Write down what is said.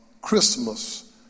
Christmas